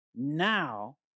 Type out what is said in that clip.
now